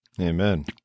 Amen